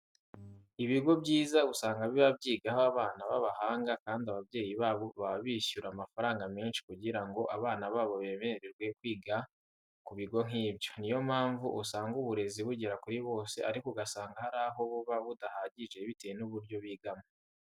Ibigo byiza usanga biba byigaho abana b'abahanga kandi ababyeyi babo baba bishyura amafaranga menshi kugira ngo abana babo bemererwe kwiga ku bigo nk'ibyo. Niyo mpamvu usanga uburezi bugera kuri bose ariko ugasanga hari aho buba budahagije bitewe n'uburyo bigamo.